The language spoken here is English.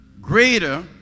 Greater